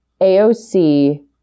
AOC